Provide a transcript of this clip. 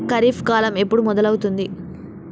ఖరీఫ్ కాలం ఎప్పుడు మొదలవుతుంది?